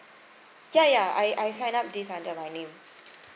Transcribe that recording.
ya ya I I signed up this under my name